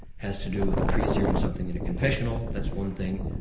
has to do with a priest hearing something in a confessional that's one thing,